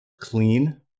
clean